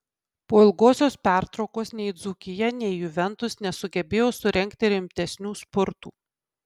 po ilgosios pertraukos nei dzūkija nei juventus nesugebėjo surengti rimtesnių spurtų